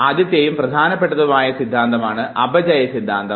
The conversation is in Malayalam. ആദ്യത്തെയും ഏറ്റവും പ്രധാനപ്പെട്ടതുമായ സിദ്ധാന്തമാണ് അപചയ സിദ്ധാന്തം